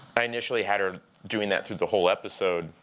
i initially had her doing that through the whole episode,